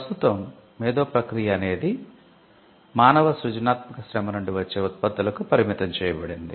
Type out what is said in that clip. ప్రస్తుతం మేధో ప్రక్రియ అనేది మానవ సృజనాత్మక శ్రమ నుండి వచ్చే ఉత్పత్తులకు పరిమితం చేయబడింది